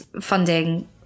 funding